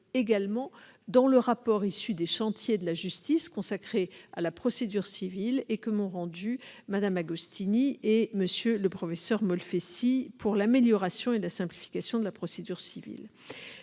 également dans le rapport issu des chantiers de la justice consacré à la procédure civile, que m'ont rendu Mme Agostini et M. le professeur Molfessis, pour l'amélioration et la simplification de la procédure civile.